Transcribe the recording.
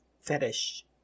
fetish